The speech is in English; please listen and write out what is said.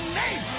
name